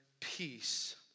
peace